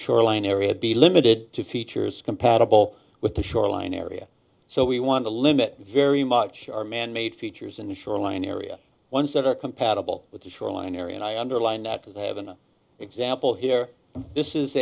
shoreline area be limited to features compatible with the shoreline area so we want to limit very much our manmade features in the shoreline area ones that are compatible with the shoreline area and i underline that as have an example here this is